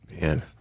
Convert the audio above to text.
Man